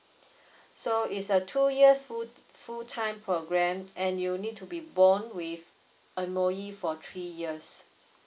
so it's a two years full full time programme and you'll need to be bond with M_O_E for three years